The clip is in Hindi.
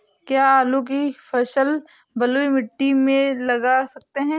क्या आलू की फसल बलुई मिट्टी में लगा सकते हैं?